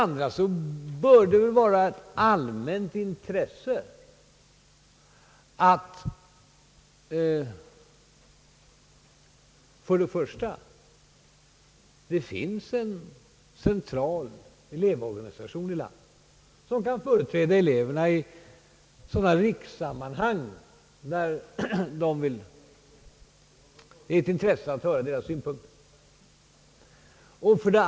Likaså bör det vara ett allmänt intresse att det finns en central elevorganisation i landet som kan företräda eleverna i sådana rikssammanhang där det är angeläget att de får framföra sina synpunkter.